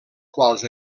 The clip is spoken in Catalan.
quals